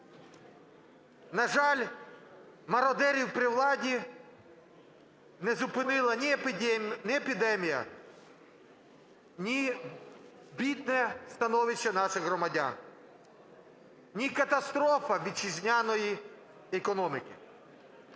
На жаль, мародерів при владі не зупинила ні епідемія, ні бідне становище наших громадян, ні катастрофа вітчизняної економіки.